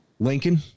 Lincoln